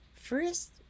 first